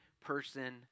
person